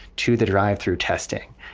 to the drive through testing.